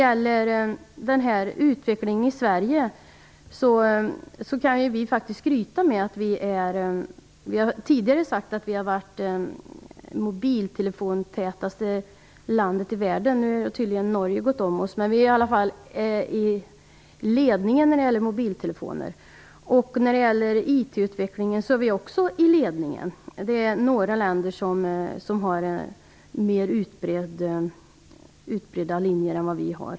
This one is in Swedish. Vi i Sverige har tidigare sagt att vi är det mobiltelefontätaste landet i världen. Nu har tydligen Norge gått om oss. Men vi är i ledningen när det gäller mobiltelefoner. När det gäller IT-utvecklingen är vi också i ledningen. Det är några länder som har mer utbredda linjer än vi.